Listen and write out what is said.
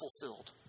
fulfilled